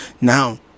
Now